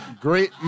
great